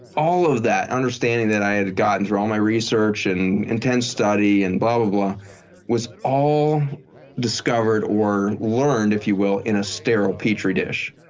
all of that understanding that i had gotten through all my research and intense study and blah, ah blah, blah was all discovered or learned, if you will, in a sterile petri dish.